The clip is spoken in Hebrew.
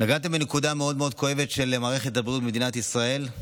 נגעתם בנקודה מאוד מאוד כואבת של מערכת הבריאות במדינת ישראל,